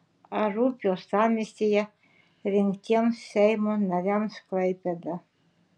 ar rūpi uostamiestyje rinktiems seimo nariams klaipėda